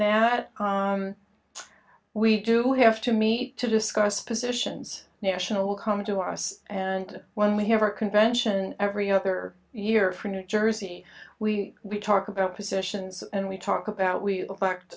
that we do have to meet to discuss positions national come to us and when we have our convention every other year for new jersey we we talk about positions and we talk about we elect